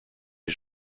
les